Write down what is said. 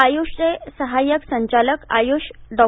आयुष चे सहाय्यक संचालक आयुष डॉ